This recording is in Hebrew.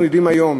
אנחנו יודעים היום